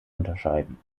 unterscheiden